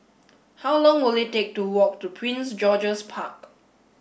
how long will it take to walk to Prince George's Park